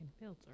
filter